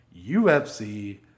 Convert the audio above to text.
UFC